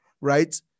right